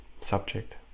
subject